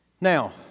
Now